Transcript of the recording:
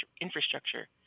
infrastructure